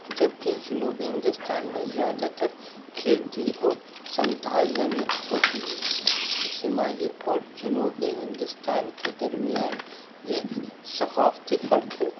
جبکہ جنوبی ہندوستان میں زیادہ تر کھیتی اور سمتل زمین ہوتی ہے شمالی اور جنوبی ہندوستان کے درمیان ایک ثقافتی فرق ہے